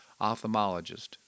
ophthalmologist